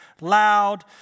loud